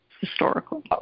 historical